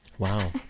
wow